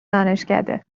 دانشکده